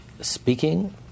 speaking